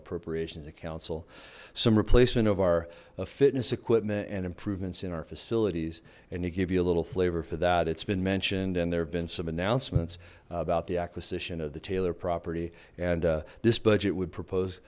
appropriations and council some replacement of our fitness equipment and improvements in our facilities and to give you a little flavor for that it's been mentioned and there have been some announcements about the acquisition of the taylor property and this budget would propose